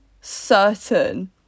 certain